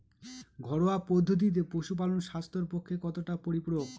ঘরোয়া পদ্ধতিতে পশুপালন স্বাস্থ্যের পক্ষে কতটা পরিপূরক?